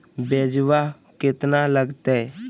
ब्यजवा केतना लगते?